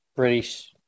British